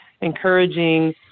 encouraging